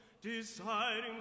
deciding